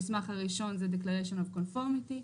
המסמך הראשון זה Declaration of Conformity.